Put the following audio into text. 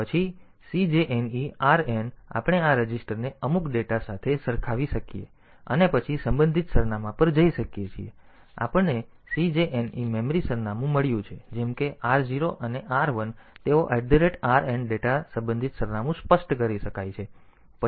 પછી CJNE Rn તેથી આપણે આ રજિસ્ટરને અમુક ડેટા સાથે સરખાવી શકીએ અને પછી સંબંધિત સરનામાં પર જઈ શકીએ પછી આપણને CJNE મેમરી સરનામું મળ્યું જેમ કે R 0 અને R 1 તેઓ Rn ડેટા સંબંધિત સરનામું સ્પષ્ટ કરી શકાય છે